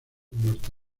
norte